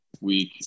week